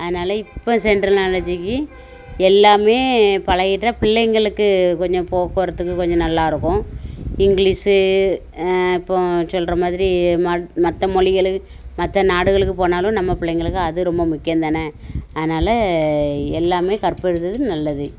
அதனால் இப்போ சென்ட்ரல் நாலேஜுக்கு எல்லாம் பழகிட்டா பிள்ளைங்களுக்கு கொஞ்சம் போக்குவரத்துக்கு கொஞ்சம் நல்லாருக்கும் இங்கிலீஷு இப்போ சொல்கிற மாதிரி ம மற்ற மொழிகளு மற்ற நாடுகளுக்கு போனாலும் நம்ம பிள்ளைங்களுக்கு அது ரொம்ப முக்கியம்தானே அதனால் எல்லாம் கற்பறது நல்லது